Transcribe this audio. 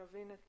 נבין את